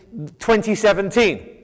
2017